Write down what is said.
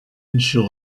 ensure